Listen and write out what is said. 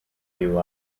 you